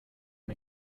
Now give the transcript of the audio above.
mes